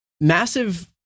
massive